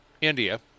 India